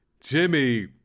Jimmy